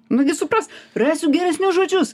nu gi supras rasiu geresnius žodžius